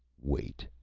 wait.